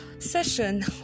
session